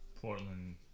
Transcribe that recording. Portland